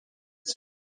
its